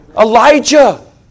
Elijah